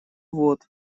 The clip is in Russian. вот